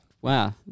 Wow